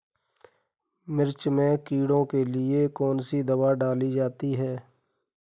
मिर्च में कीड़ों के लिए कौनसी दावा डाली जाती है?